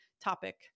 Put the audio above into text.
topic